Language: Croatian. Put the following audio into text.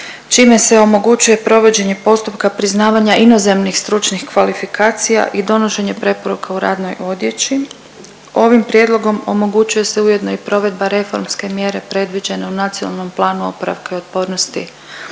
čime se omogućuje provođenje postupka priznavanja inozemnih stručnih kvalifikacija i donošenje preporuka u radnoj odjeći. Ovim prijedlogom omogućuje se ujedno i provedba reformske mjere predviđene u NPOO-u 2021.-2026. koja je usmjerena